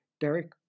Derek